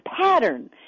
pattern